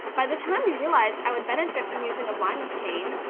by the time we realized i would benefit from using a blindness cane,